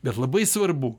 bet labai svarbu